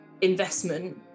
investment